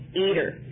eater